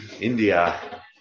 India